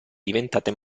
diventate